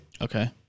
Okay